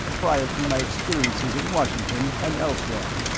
prior to my experiences in washington and elsewhere.